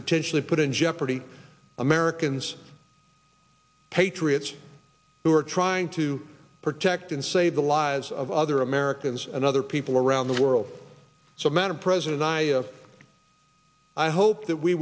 potentially put in jeopardy americans patriots who are trying to protect and save the lives of other americans and other people around the world so madam president i of i hope that we